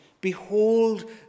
behold